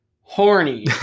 Horny